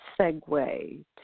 segue